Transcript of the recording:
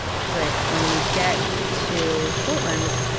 she was like when you get to portland,